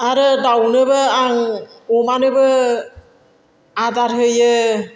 आरो दाउनोबो आं अमानोबो आदार होयो